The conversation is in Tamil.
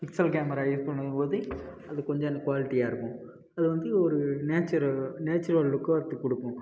பிக்சல் கேமரா யூஸ் பண்ணும் போது அது கொஞ்சம் இன்னும் குவாலிட்டியாக இருக்கும் அது வந்து ஒரு நேச்சரு நேச்சுரல் லுக்கை கொடுக்கும்